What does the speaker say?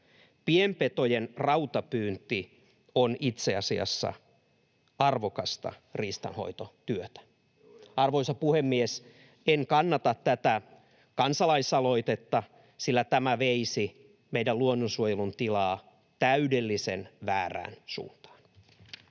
Pienpetojen rautapyynti on itse asiassa arvokasta riistanhoitotyötä. [Petri Huru: Juuri näin!] Arvoisa puhemies! En kannata tätä kansalaisaloitetta, sillä tämä veisi meidän luonnonsuojelun tilaa täydellisen väärään suuntaan.